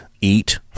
eat